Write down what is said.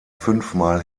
fünfmal